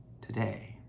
today